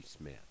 Smith